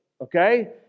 okay